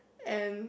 and